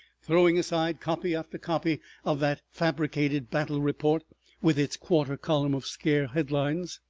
throwing aside copy after copy of that fabricated battle report with its quarter column of scare headlines,